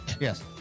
Yes